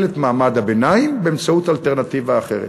את מעמד הביניים באמצעות אלטרנטיבה אחרת.